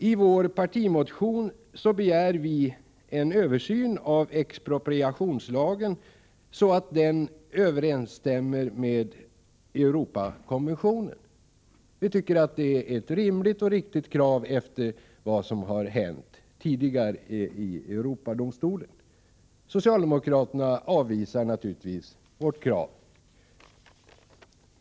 I vår partimotion begär vi en översyn av expropriationslagen, så att den överensstämmer med Europakonventionen. Vi tycker att det är ett rimligt och riktigt krav efter vad som har hänt tidigare i Europadomstolen. Socialdemokraterna avvisar naturligtvis vårt krav.